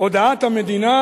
הודעת המדינה